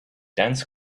dense